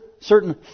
certain